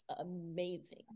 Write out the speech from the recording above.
amazing